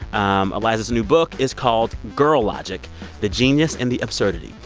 um iliza's new book is called girl logic the genius and the absurdity.